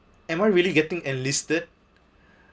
am I really getting enlisted